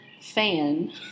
fan